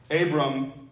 Abram